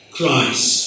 Christ